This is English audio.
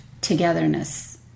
togetherness